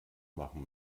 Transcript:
machen